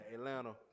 Atlanta